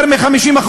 יותר מ-50%.